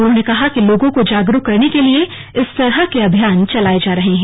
उन्होंने कहा कि लोगों को जागरूक करने के लिए इस तरह के अभियान चलाए जा रहे हैं